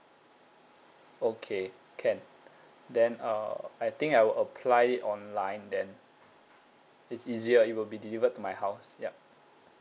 okay can then uh I think I will apply it online then it's easier it will be delivered to my house yup